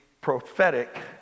prophetic